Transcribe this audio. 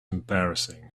embarrassing